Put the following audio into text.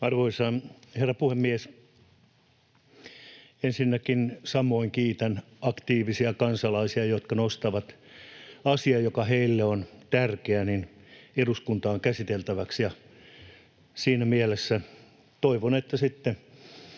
Arvoisa herra puhemies! Ensinnäkin samoin kiitän aktiivisia kansalaisia, jotka nostavat asian, joka heille on tärkeä, eduskuntaan käsiteltäväksi, ja siinä mielessä toivon, että sitten